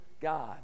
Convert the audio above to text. God